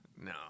No